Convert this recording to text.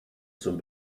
zum